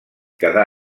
quedà